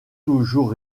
toujours